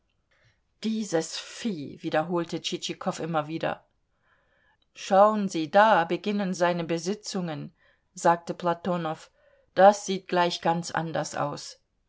dieses vieh wiederholte tschitschikow immer wieder schauen sie da beginnen seine besitzungen sagte platonow das sieht gleich ganz anders aus